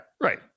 Right